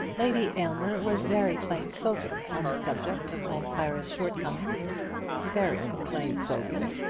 lady aylmer was very plain-spoken on the subject of all clara's shortcomings very plain-spoken,